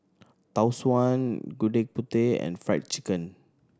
Tau Suan Gudeg Putih and Fried Chicken